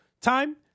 time